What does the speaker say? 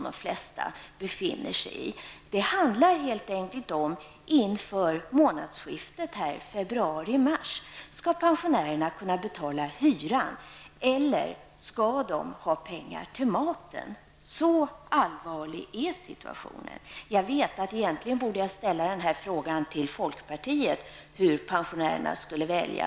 De flesta befinner sig faktiskt i en akut situation, och inför månadsskiftet februari-mars har de att välja mellan att betala hyran eller använda pengarna till mat. Så allvarlig är situationen. Jag borde egentligen rikta mig till folkpartiet när jag frågar hur pensionärerna skall välja.